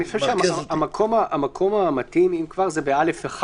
אני חושב שהמקום המתאים, אם כבר, זה ב-(א1).